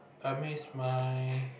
I miss my